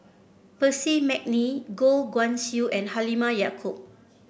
Percy McNeice Goh Guan Siew and Halimah Yacob